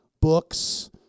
books